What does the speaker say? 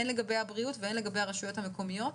הן לגבי הבריאות והן לגבי הרשויות המקומיות,